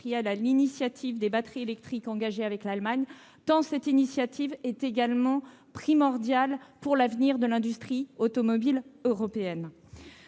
à l'initiative des batteries électriques engagée avec l'Allemagne, tant cette initiative est également primordiale pour l'avenir de l'industrie automobile européenne.